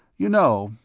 you know,